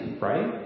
right